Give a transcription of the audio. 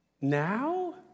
Now